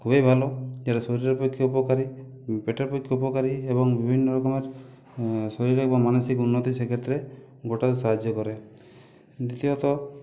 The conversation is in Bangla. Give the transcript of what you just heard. খুবই ভালো এটা শরীরের পক্ষে উপকারি পেটের পক্ষে উপকারি এবং বিভিন্ন রকমের শরীর এবং মানসিক উন্নতি সেক্ষেত্রে গোটাই সাহায্য করে দ্বিতীয়ত